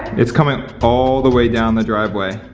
it's coming all the way down the driveway.